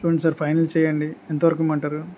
చూడండి sir final చేయండి ఎంతవరకు ఇవ్వమంటారు